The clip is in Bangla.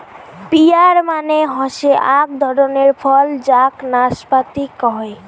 পিয়ার মানে হসে আক ধরণের ফল যাক নাসপাতি কহে